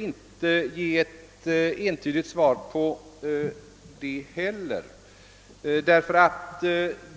Inte heller därvidlag kan man emellertid svara entydigt: